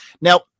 Now